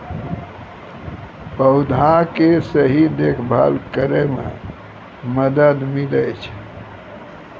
पौधा के सही देखभाल करै म मदद मिलै छै